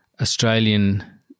Australian